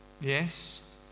Yes